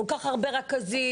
כל כך הרבה רכזים.